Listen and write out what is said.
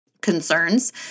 concerns